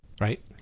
right